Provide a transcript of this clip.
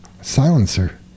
silencer